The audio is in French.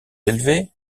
élevée